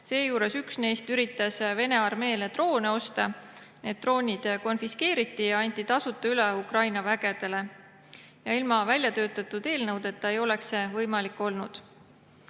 Üks inimene näiteks üritas Vene armeele droone osta. Need droonid konfiskeeriti ja anti tasuta üle Ukraina vägedele. Ilma väljatöötatud eelnõudeta ei oleks see võimalik olnud.